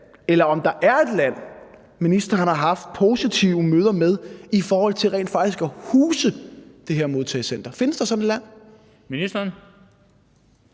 eller om der er et land – som ministeren har haft positive møder med i forhold til rent faktisk at huse det her modtagecenter? Findes der sådan et land?